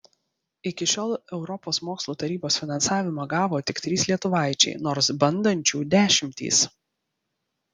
iki šiol europos mokslo tarybos finansavimą gavo tik trys lietuvaičiai nors bandančių dešimtys